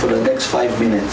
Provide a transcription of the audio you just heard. for the next five minutes